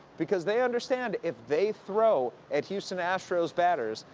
because they understand, if they throw at houston astros batters,